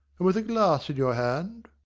and with a glass in your hand!